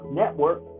network